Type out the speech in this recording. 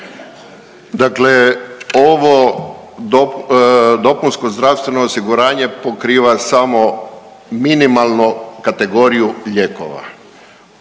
Dakle, ovo dopunsko zdravstveno osiguranje pokriva samo minimalnu kategoriju lijekova.